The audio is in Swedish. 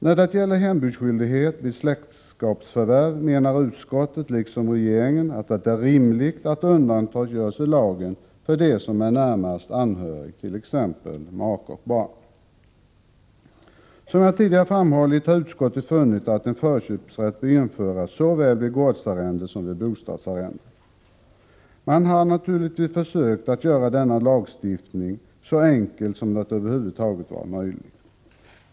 När det gäller hembudsskyldigheten vid släktskapsförvärv, menar utskottet liksom regeringen att det är rimligt att undantag görs i lagen för dem som är närmast anhöriga, t.ex. make och barn. Som jag tidigare framhållit har utskottet funnit att en förköpsrätt bör införas såväl vid gårdsarrende som vid bostadsarrende. Man har naturligtvis försökt att göra denna lagstiftning så enkel som det över huvud taget varit möjligt.